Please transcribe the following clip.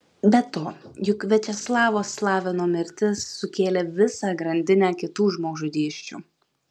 be to juk viačeslavo slavino mirtis sukėlė visą grandinę kitų žmogžudysčių